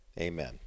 amen